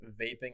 vaping